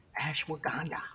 Ashwagandha